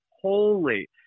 holy